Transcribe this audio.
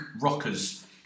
rocker's